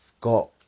got